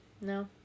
No